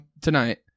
tonight